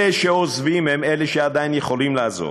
אלה שעוזבים הם אלה שעדיין יכולים לעזוב.